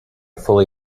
fully